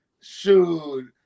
shoot